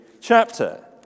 chapter